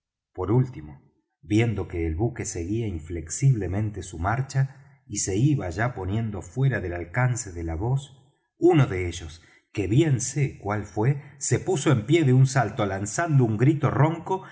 por último viendo que el buque seguía inflexiblemente su marcha y se iba ya poniendo fuera del alcance de la voz uno de ellos que bien sé cual fué se puso en pie de un salto lanzando un grito ronco